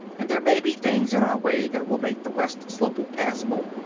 and there may be things in our way that will make the west slope impassible.